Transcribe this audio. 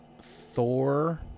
Thor